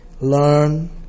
Learn